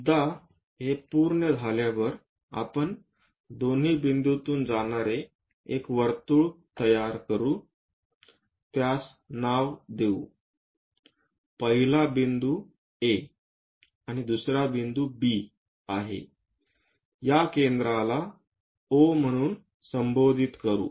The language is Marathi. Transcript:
एकदा हे पूर्ण झाल्यावर आपण दोन्ही बिंदूतून जाणारे एक वर्तुळ तयार करू त्यास नाव देऊ पहिला बिंदू A दुसरा बिंदू B आहे या केंद्राला O म्हणून संबोधित करू